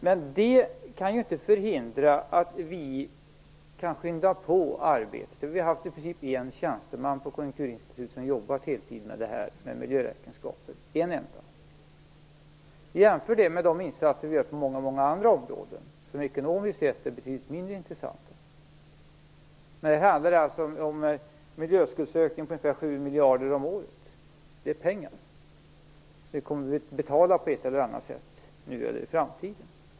Men det kan ju inte hindra oss från att skynda på arbetet. Vi har haft i princip en tjänsteman på Konjunkturinstitutet som har jobbat heltid med frågan om miljöräkenskaper - en enda. Jämför det med insatserna på många andra områden, som ekonomiskt sett är betydligt mindre intressanta. Det här handlar alltså om en miljöskuldsökning på ungefär 7 miljarder om året. Det är pengar som vi kommer att få betala på ett eller annat sätt, nu eller i framtiden.